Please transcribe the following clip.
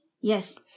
Yes